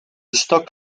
stock